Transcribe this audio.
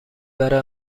برای